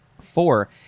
Four